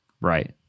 Right